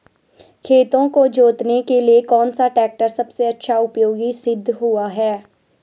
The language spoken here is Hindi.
खेतों को जोतने के लिए कौन सा टैक्टर सबसे अच्छा उपयोगी सिद्ध हुआ है?